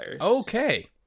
Okay